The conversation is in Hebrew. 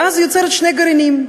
ואז יוצרת שני גרעינים.